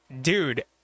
dude